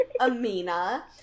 Amina